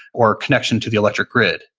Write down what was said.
or connection to the electric grid.